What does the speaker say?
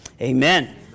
Amen